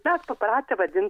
mes papratę vadin